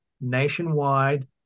nationwide